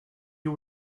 you